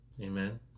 Amen